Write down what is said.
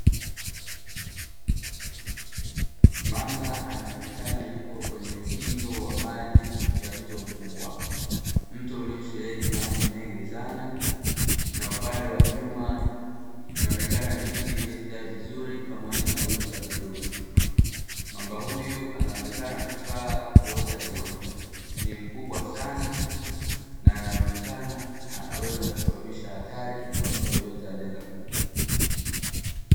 Mamba anaonekana yuko kwenye ukingo wa maji ya mto mkubwa, mto uliosheheni maji mengi sana, na upande wa nyuma inaonekana miti iliyostawi vizuri pamoja na wingu la bluu. Mamba huyu anaonekana kukaa kuota jua; ni mkubwa sana na anaonekana anaweza kusababisha hatari kwa mtu yeyote anayeweza kupita.